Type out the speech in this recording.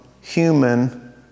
human